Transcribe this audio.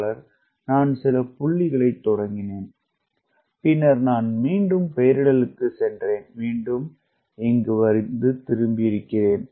நான் சில புள்ளிகளைத் தொடங்கினேன் பின்னர் நான் மீண்டும் பெயரிடலுக்குச் சென்றேன் மீண்டும் இருக்கிறேன் திரும்ப வருகிறேன்